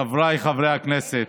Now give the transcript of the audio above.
חבריי חברי הכנסת,